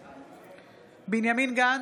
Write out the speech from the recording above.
בעד בנימין גנץ,